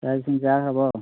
ꯆꯥꯛ ꯏꯁꯤꯡ ꯆꯥꯈ꯭ꯔꯕꯣ